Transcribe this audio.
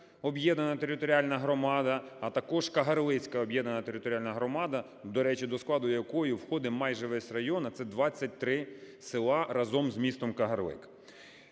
об'єднана територіальна громада, а також Кагарлицька об'єднана територіальна громада. До речі, до складу якої входить майже весь район, а це 23 села разом з містом Кагарлик.